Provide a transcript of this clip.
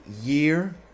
year